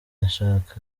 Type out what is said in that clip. nshaka